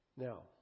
Now